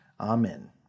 Amen